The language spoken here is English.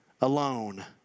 alone